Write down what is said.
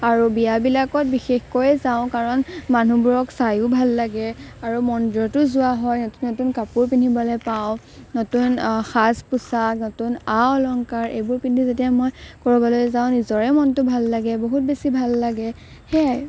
আৰু বিয়াবিলাকত বিশেষকৈয়ে যাওঁ কাৰণ মানুহবোৰক চায়ো ভাল লাগে আৰু মন্দিৰতো যোৱা হয় নতুন নতুন কাপোৰ পিন্ধিবলৈ পাওঁ নতুন সাজ পোছাক নতুন আ অলংকাৰ এইবোৰ পিন্ধি যেতিয়া মই ক'ৰবালৈ যাওঁ নিজৰে মনটো ভাল লাগে বহুত বেছি ভাল লাগে সেয়াই